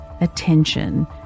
attention